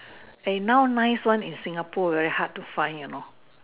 is now nice one is Singapore very hot to find you know